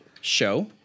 show